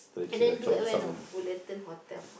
and then do at where you know Fullerton Hotel